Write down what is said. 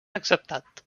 acceptat